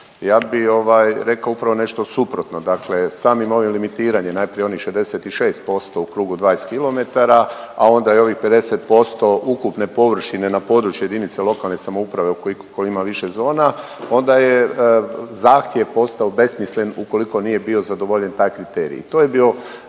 Ja bi rekao upravo nešto suprotno, dakle samim ovim limitiranjem najprije onih 66% u krugu 20km, a onda i ovih 50% ukupne površine na području jedinice lokalne samouprave ukoliko ima više zona onda je zahtjev postao besmislen ukoliko nije bio zadovoljen taj kriterij.